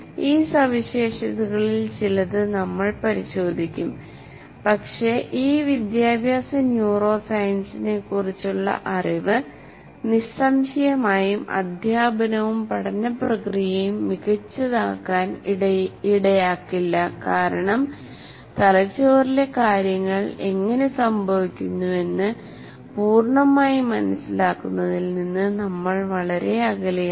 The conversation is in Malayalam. ഈ സവിശേഷതകളിൽ ചിലത് നമ്മൾ പരിശോധിക്കും പക്ഷേ ഈ വിദ്യാഭ്യാസ ന്യൂറോ സയൻസിനെക്കുറിച്ചുള്ള അറിവ് നിസ്സംശയമായും അദ്ധ്യാപനവും പഠന പ്രക്രിയയും മികച്ചതാക്കാൻ ഇടയാക്കില്ല കാരണം തലച്ചോറിലെ കാര്യങ്ങൾ എങ്ങനെ സംഭവിക്കുന്നുവെന്ന് പൂർണ്ണമായി മനസ്സിലാക്കുന്നതിൽ നിന്ന് നമ്മൾ വളരെ അകലെയാണ്